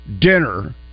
dinner